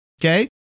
okay